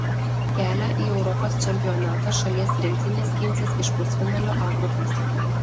kelią į europos čempionatą šalies rinktinė skinsis iš pusfinalio a grupės